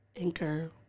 Anchor